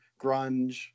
grunge